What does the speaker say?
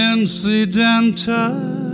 Incidental